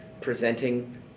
presenting